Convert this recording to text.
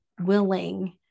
willing